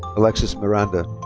alexis miranda